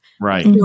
Right